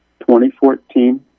2014